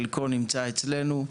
נמצא בחלקו אצלנו.